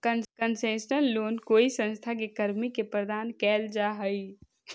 concessional loan कोई संस्था के कर्मी के प्रदान कैल जा हइ